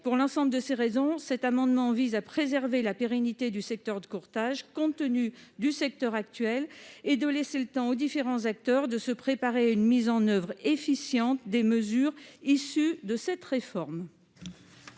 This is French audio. Pour l'ensemble de ces raisons, cet amendement vise à préserver la pérennité du secteur de courtage, compte tenu du contexte actuel, et à laisser le temps aux différents acteurs de se préparer à une mise en application efficiente des mesures issues de cette réforme.